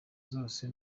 zose